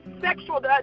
sexual